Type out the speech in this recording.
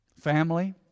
family